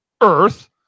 Earth